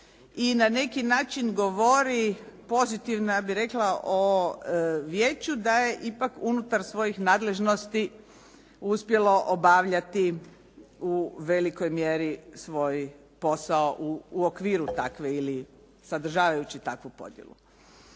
i na neki način govori pozitivno ja bih rekla o vijeću da je ipak unutar svojih nadležnosti uspjelo obavljati u velikoj mjeri svoj posao u okviru takve ili sadržavajući takvu podjelu.